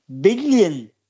billion